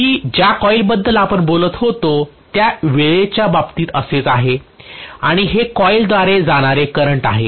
B ज्या कॉइलबद्दल आपण बोलत आहोत त्या वेळेच्या बाबतीत असेच आहे आणि हे कॉइलद्वारे जाणारे करंट आहे